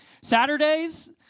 Saturdays